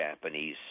Japanese